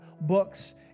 books